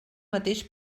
mateix